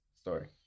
story